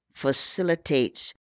facilitates